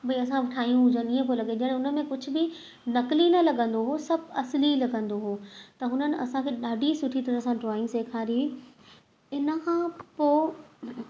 भई असां ठाहियूं हुजनि ईअं पियो लॻे ॼाण उनमें कुझ बि नकली न लॻंदो हुओ सभु असली लॻंदो हुओ त हुननि असांखे ॾाढी सुठी तरह सां ड्रॉइंग सेखारी इन खां पोइ